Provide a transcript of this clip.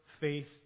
faith